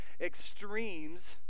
extremes